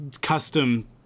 custom